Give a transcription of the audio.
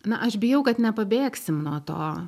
na aš bijau kad nepabėgsim nuo to